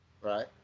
Right